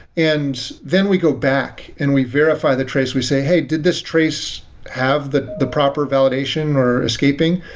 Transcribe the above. and then we go back and we verify the trace. we say, hey, did this trace have the the proper validation or escaping?